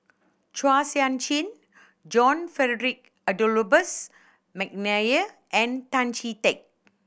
Chua Sian Chin John Frederick Adolphus McNair and Tan Chee Teck